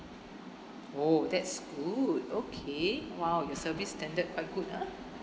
oh that's good okay !wow! your service standard quite good ah